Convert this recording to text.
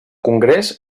congrés